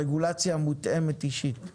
רגולציה מותאמת אישית להיי-טק.